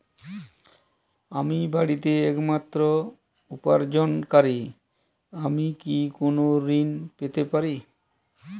আমি বাড়িতে একমাত্র উপার্জনকারী আমি কি কোনো ঋণ পেতে পারি?